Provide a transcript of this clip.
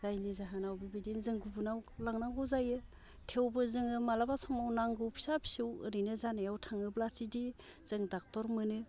जायनि जाहोनाव बिदिनो जों गुबुनाव लांनांगौ जायो थेवबो जोङो माब्लाबा समाव नांगौ फिसा फिसौ ओरैनो जानायाव थाङोब्ला बिदि जों ड'क्टर मोनो